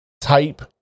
type